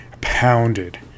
pounded